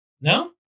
No